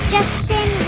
Justin